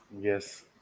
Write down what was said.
yes